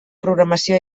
programació